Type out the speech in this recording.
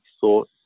thought